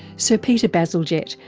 so peter bazalgette,